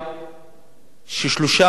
ששלושה בני משפחה